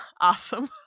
Awesome